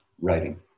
writing